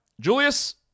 Julius